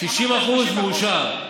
אמרת 30%. 60% מאושר.